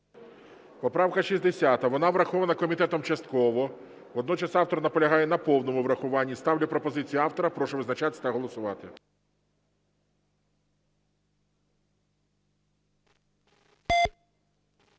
Поправка 60, вона врахована комітетом частково, водночас автор наполягає на повному врахуванні. Ставлю пропозицію автора. Прошу визначатися та голосувати.